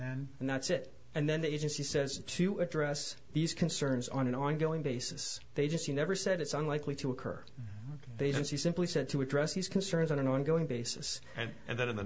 then and that's it and then the agency says to address these concerns on an ongoing basis they just never said it's unlikely to occur they don't she simply said to address these concerns on an ongoing basis and and that in the